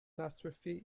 catastrophe